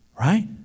right